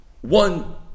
One